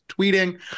tweeting